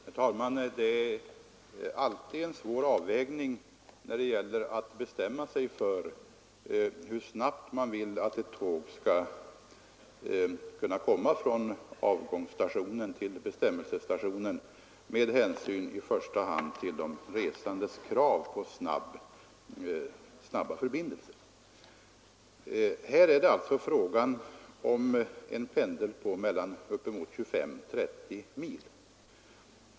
Herr talman! Det är alltid en svår avvägning när man skall bestämma sig för hur snabbt man vill att ett tåg skall komma från avgångsstationen till bestämmelsestationen med hänsyn till i första hand de resandes krav på snabba förbindelser. Här är det alltså fråga om en pendel på 25—30 mil.